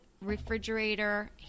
refrigerator